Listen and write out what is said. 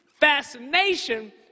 fascination